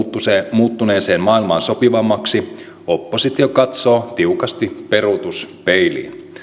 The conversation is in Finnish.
muuttuneeseen maailmaan sopivammaksi oppositio katsoo tiukasti peruutuspeiliin